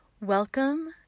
Welcome